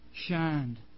Shined